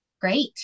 great